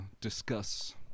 discuss